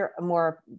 more